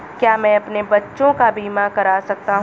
क्या मैं अपने बच्चों का बीमा करा सकता हूँ?